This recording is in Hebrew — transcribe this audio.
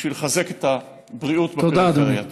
בשביל לחזק את הבריאות בפריפריה.